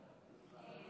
על זה